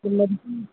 இல்லை